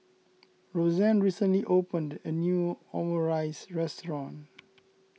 Roseanne recently opened a new Omurice restaurant